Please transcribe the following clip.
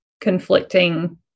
conflicting